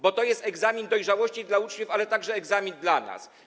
Bo to jest egzamin dojrzałości dla uczniów, ale także egzamin dla nas.